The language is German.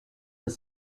des